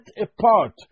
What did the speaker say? apart